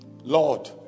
Lord